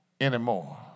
anymore